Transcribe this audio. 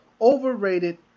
overrated